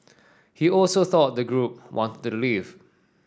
he also thought the group wanted to leave